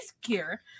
gear